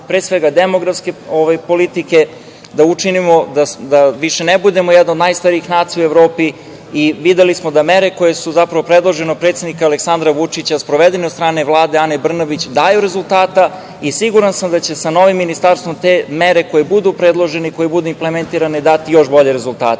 pre svega demografske politike, da učinimo da više ne budemo jedna od najstarijih nacija u Evropi. Videli smo da mere koje su predložene od predsednika Aleksandra Vučića, sprovedene od strane Vlade Ane Brnabić daje rezultate i siguran sam da će sa novim ministarstvom te mere koje budu predložene i koje budu implementirane dati još bolje rezultate. Bićemo